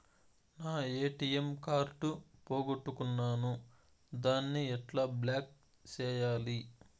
నా ATM card పోగొట్టుకున్నాను, దాన్ని ఎట్లా బ్లాక్ సేయాలి?